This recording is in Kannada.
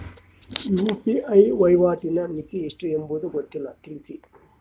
ಯು.ಪಿ.ಐ ವಹಿವಾಟಿನ ಮಿತಿ ಎಷ್ಟು ಎಂಬುದು ಗೊತ್ತಿಲ್ಲ? ತಿಳಿಸಿ?